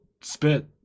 spit